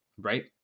right